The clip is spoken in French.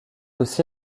aussi